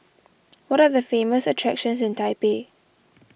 what are the famous attractions in Taipei